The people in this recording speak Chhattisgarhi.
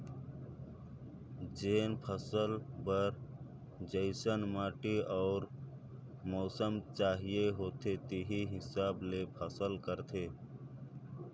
जेन फसल बर जइसन माटी अउ मउसम चाहिए होथे तेही हिसाब ले फसल करथे